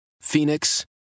Phoenix